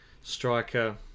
striker